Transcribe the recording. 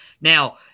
Now